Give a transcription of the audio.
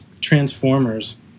Transformers